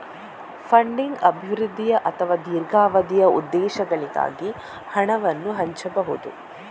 funding ಅಲ್ಪಾವಧಿಯ ಅಥವಾ ದೀರ್ಘಾವಧಿಯ ಉದ್ದೇಶಗಳಿಗಾಗಿ ಹಣವನ್ನು ಹಂಚಬಹುದು